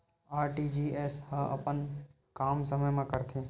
RTGS ह अपन काम समय मा करथे?